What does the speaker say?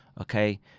okay